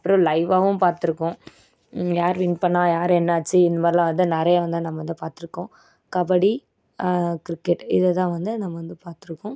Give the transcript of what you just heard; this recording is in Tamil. அப்படியே லைவ்வாவும் பார்த்துருக்கோம் யாரு வின் பண்ணால் யாரு என்னாச்சு இந்மாதிரிலாம் வந்து நிறையா வந்து நம்ம வந்து பார்த்துருக்கோம் கபடி கிரிக்கெட் இதுதான் வந்து நம்ம வந்து பார்த்துருக்கோம்